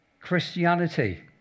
Christianity